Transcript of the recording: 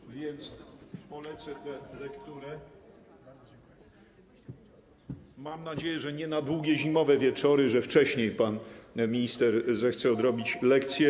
Teraz więc polecę tę lekturę, mam nadzieję, że nie na długie zimowe wieczory, że wcześniej pan minister zechce odrobić lekcję.